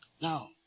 Now